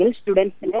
students